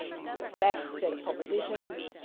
well, facts, set of propositions,